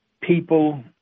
people